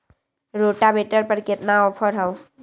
Rotavator पर केतना offer हव?